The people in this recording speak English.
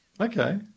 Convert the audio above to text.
Okay